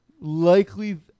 likely